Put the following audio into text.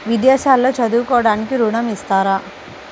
విదేశాల్లో చదువుకోవడానికి ఋణం ఇస్తారా?